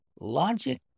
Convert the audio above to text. Logic